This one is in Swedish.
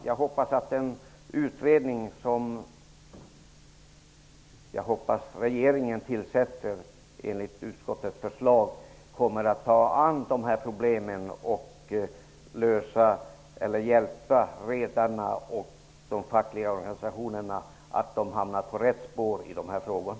Jag hoppas att regeringen tillsätter en utredning enligt utskottets förslag och att den tar sig an dessa problem, för att hjälpa redarna och de fackliga organisationerna att hamna på rätt spår i denna fråga.